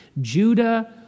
Judah